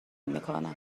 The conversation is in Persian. میکنم